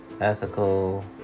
Ethical